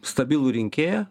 stabilų rinkėją